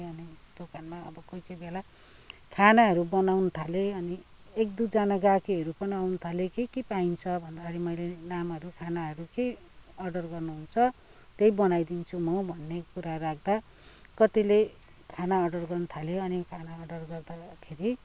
अनि दोकानमा अब कोही कोही बेला खानाहरू बनाउन थालेँ अनि एक दुईजना गाहकीहरू पनि आउन थाले के के पाइन्छ भन्दाखेरि मैले नामहरू खानाहरू के अर्डर गर्नुहुन्छ त्यही बनाइदिन्छु म भन्ने कुरा राख्दा कतिले खाना अर्डर गर्न थाल्यो अनि खाना अर्डर गर्दाखेरि